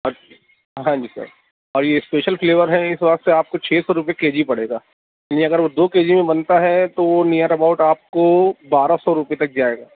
اچھا ہاں جی سر اور یہ اسپیشل فلیور ہے اس واسطے آپ کو چھ سو روپئے کے جی پڑے گا نہیں اگر وہ دو کے جی میں بنتا ہے تو وہ نیر اباؤٹ آپ کو بارہ سو روپئے تک جائے گا